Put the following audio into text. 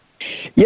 Yes